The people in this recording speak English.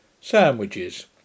sandwiches